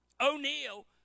O'Neill